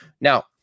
Now